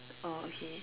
or okay